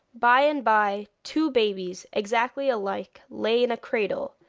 by and by two babies, exactly alike, lay in a cradle,